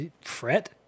fret